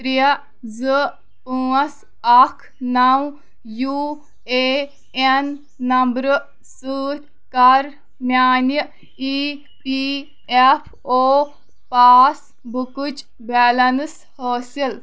ترٛےٚ زٕ پٲنٛژھ اَکھ نَو یوٗ اےٚ این نمبرٕ سۭتۍ کَر میٛانہِ E P F O pass بُکٕچ بیلینس حٲصِل